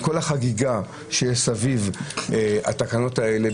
עם כל החגיגה שיש סביב התקנות האלה,